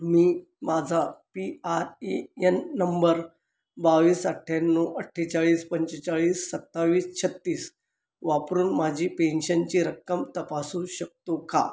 मी माझा P R E N number बावीस अठ्याण्णव अठ्ठेचाळीस पंचेचाळीस सत्तावीस छत्तीस वापरून माझी पेन्शनची रक्कम तपासू शकतो का